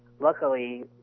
luckily